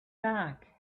back